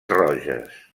roges